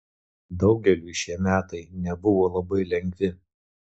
daugeliui šie metai nebuvo labai lengvi